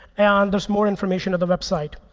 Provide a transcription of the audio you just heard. and there's more information on the website.